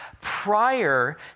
prior